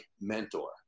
mentor